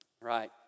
right